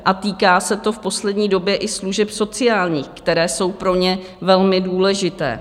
A týká se to v poslední době i služeb sociálních, které jsou pro ně velmi důležité.